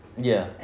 ya